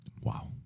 Wow